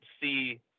see